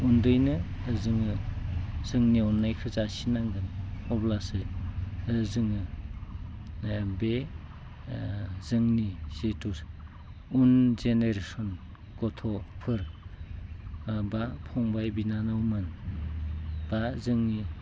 उन्दैनो जोङो जोंनि अननायखौ जासिनांगोन अब्लासो जोङो बे जोंनि जिथु उन जेनेरेशन गथ'फोर बा फंबाइ बिनानावमोन बा जोंनि